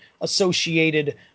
associated